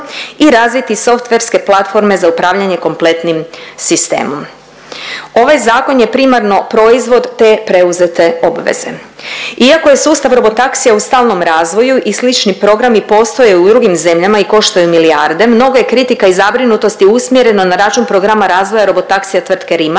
i razviti softverske platforme za upravljanje kompletnim sistemom. Ovaj zakon je primarno proizvod te preuzete obveze. Iako je sustav robotaksija u stalnom razvoju i slični programi postoje u drugim zemljama i koštaju milijarde, mnogo je kritika i zabrinutosti usmjereno na račun programa robotaksija tvrtke Rimac